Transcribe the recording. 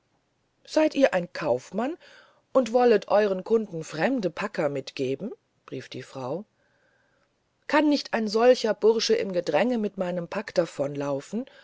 seid ihr ein kaufmann und wollet euren kunden fremde packer mitgeben rief die frau kann nicht ein solcher bursche im gedräng mit meinem pack